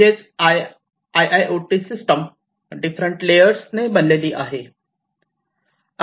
म्हणजेच I I O T system different layers ने बनलेली आहे